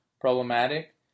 problematic